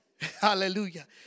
Hallelujah